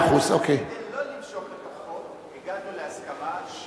כדי לא למשוך את החוק הגענו להסכמה,